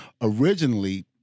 originally